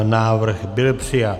Návrh byl přijat.